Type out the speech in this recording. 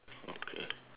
okay